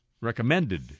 recommended